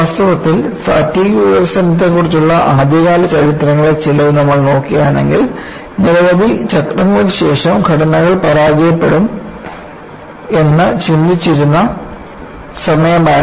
വാസ്തവത്തിൽ ഫാറ്റിഗ് വികസനത്തെക്കുറിച്ചുള്ള ആദ്യകാല ചരിത്രങ്ങളിൽ ചിലത് നമ്മൾ നോക്കുകയാണെങ്കിൽ നിരവധി ചക്രങ്ങൾക്ക് ശേഷം ഘടനകൾ പരാജയപ്പെടും എന്ന് ചിന്തിച്ചിരുന്ന സമയമായിരുന്നു